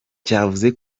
cavuze